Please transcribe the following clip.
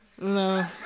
No